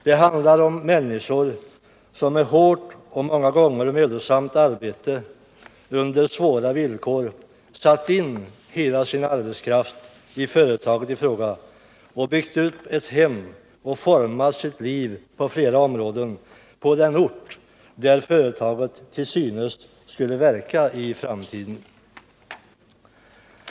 Det handlar om människor som med hårt och många gånger mödosamt arbete under svåra villkor satt in hela sin arbetskraft i företaget i fråga, byggt upp ett hem och format sitt liv i skilda avseenden på den ort där företaget till synes skulle komma att verka i framtiden.